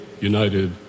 United